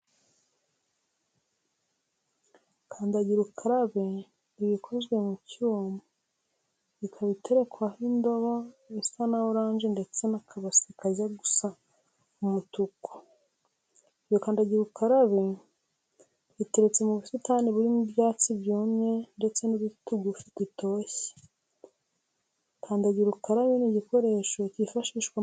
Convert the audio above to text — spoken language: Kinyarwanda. Kandagira ukarabe iba ikozwe mu cyuma ikaba iteretseho indobo isa na oranje ndetse n'akabase kajya gusa umutuku. Iyo kandagira ukarabe iteretse mu busitani burimo ibyatsi byumye ndetse n'uduti tugufi tugitoshye. Kandagira ukarabe ni igikoresho cyifashishwa mu gukaraba intoki.